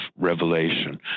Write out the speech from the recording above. revelation